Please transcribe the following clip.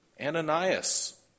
Ananias